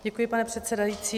Děkuji, pane předsedající.